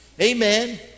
amen